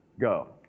go